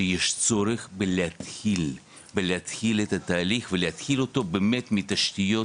שיש צורך בלהתחיל את התהליך ולהתחיל אותו באמת מתשתיות,